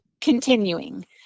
continuing